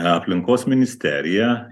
aplinkos ministerija